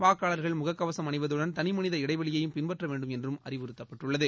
வாக்காளர்கள் முகக்கவசம் அணிவதுடன் தனிமனித இடைவெளியையும் பின்பற்ற வேண்டும் என்றும் அறிவுறுத்தப்பட்டுள்ளது